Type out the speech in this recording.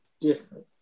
different